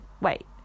wait